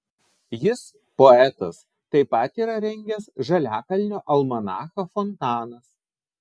jis poetas taip pat yra rengęs žaliakalnio almanachą fontanas